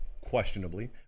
Questionably